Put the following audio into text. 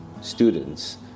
students